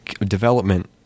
development